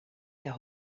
der